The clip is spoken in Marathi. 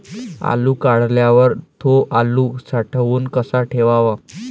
आलू काढल्यावर थो आलू साठवून कसा ठेवाव?